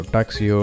Taxi